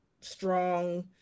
strong